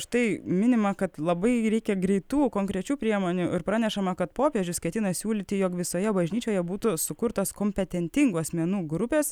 štai minima kad labai reikia greitų konkrečių priemonių ir pranešama kad popiežius ketina siūlyti jog visoje bažnyčioje būtų sukurtas kompetentingų asmenų grupės